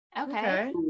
Okay